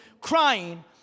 crying